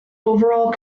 overall